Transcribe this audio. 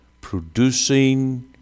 producing